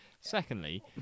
Secondly